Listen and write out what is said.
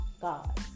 God